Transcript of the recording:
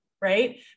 Right